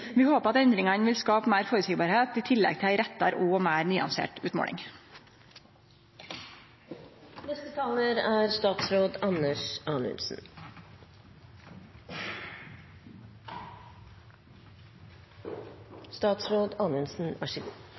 Vi håper at endringane vil skape meir føreseielegheit i tillegg til ei riktigare og meir nyansert utmåling. La meg først få lov til å si meg svært fornøyd med at det er